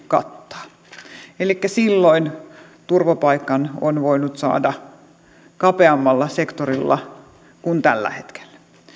kattaa elikkä silloin turvapaikan on voinut saada kapeammalla sektorilla kuin tällä hetkellä